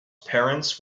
parents